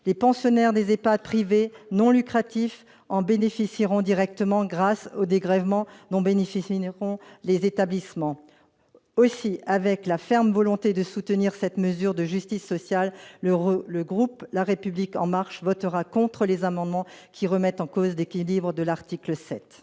les pensionnaires des Epad privés non lucratifs en bénéficieront directement grâce au dégrèvements dont bénéficient Néron les établissements avec la ferme volonté de soutenir cette mesure de justice sociale, l'heureuse, le groupe la République en marche, votera contre les amendements qui remettent en cause d'équilibres de l'article 7.